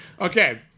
Okay